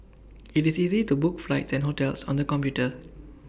IT is easy to book flights and hotels on the computer